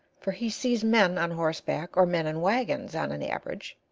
for he sees men on horseback or men in wagons, on an average,